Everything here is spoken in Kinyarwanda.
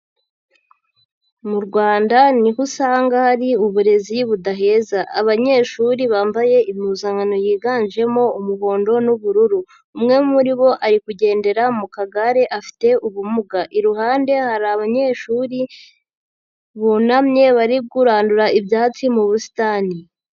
Mu Rwanda ni ho usanga hari uburezi budaheza abanyeshuri bambaye impuzankano yiganjemo umuhondo n'ubururu, umwe muri bo ari kugendera mu kagare afite ubumuga, iruhande hari abanyeshuri bunamye bari kurandura ibyatsi mu busitani.